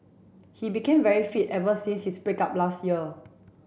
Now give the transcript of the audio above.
he became very fit ever since his break up last year